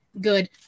good